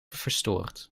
verstoord